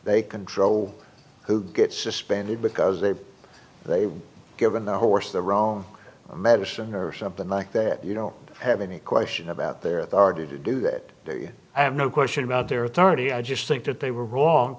they control who gets suspended because they've they've given the horse the wrong medicine or something like that you don't have any question about their authority to do that i have no question about their authority i just think that they were wrong